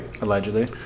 allegedly